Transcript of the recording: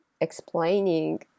explaining